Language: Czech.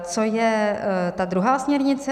Co je ta druhá směrnice?